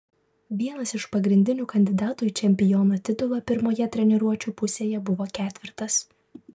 vienas iš pagrindinių kandidatų į čempiono titulą pirmoje treniruočių pusėje buvo ketvirtas